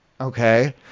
Okay